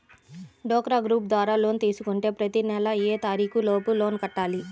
డ్వాక్రా గ్రూప్ ద్వారా లోన్ తీసుకుంటే ప్రతి నెల ఏ తారీకు లోపు లోన్ కట్టాలి?